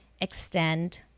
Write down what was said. extend